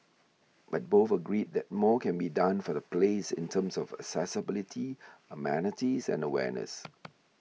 but both agreed that more can be done for the place in terms of accessibility amenities and awareness